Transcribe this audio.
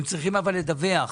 אבל הם צריכים לדווח